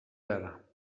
دارم